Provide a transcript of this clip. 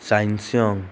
sinus